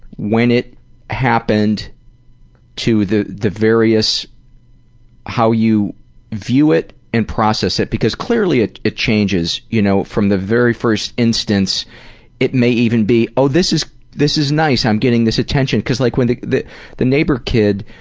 when it happened to the the various how you view it and process it, because clearly it it changes, you know from the very first instance it may even be, oh this is this is nice, i'm getting this attention, because like, when the the neighbor kid